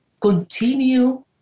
continue